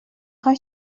خوای